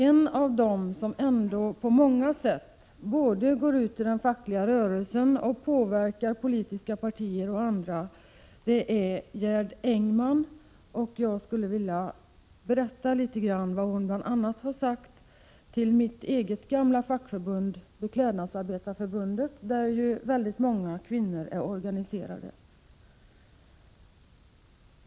En av dem som både går ut i den fackliga rörelsen och påverkar politiska partier och andra är Gerd Engman, och jag skulle vilja berätta litet grand om vad hon bl.a. har sagt till mitt eget gamla fackförbund, Beklädnadsarbetareförbundet, där ju många kvinnor är organiserade.